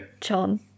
John